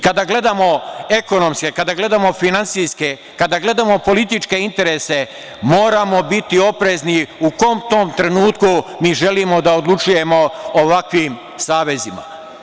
Kada gledamo ekonomske, kada gledamo finansijske, kada gledamo političke interese moramo biti oprezni u kom tom trenutku mi želimo da odlučujemo o ovakvim savezima.